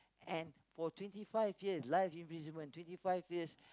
and for twenty five years life imprisonment twenty five years